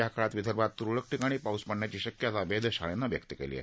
या काळात विदर्भात तूरळक ठिकाणी पाऊस पडुण्याची शक्यता वेधशाळेनं व्यक्त केली आहे